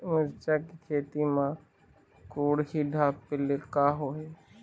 मिरचा के खेती म कुहड़ी ढापे ले का होही?